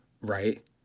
right